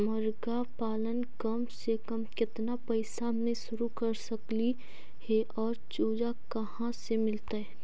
मरगा पालन कम से कम केतना पैसा में शुरू कर सकली हे और चुजा कहा से मिलतै?